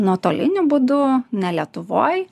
nuotoliniu būdu ne lietuvoj